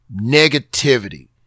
Negativity